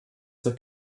zur